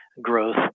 growth